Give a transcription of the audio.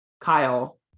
kyle